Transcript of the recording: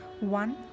One